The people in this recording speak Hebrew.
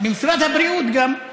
משרד הבריאות גם,